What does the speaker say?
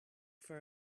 for